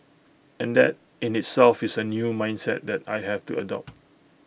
and that in itself is A new mindset that I have to adopt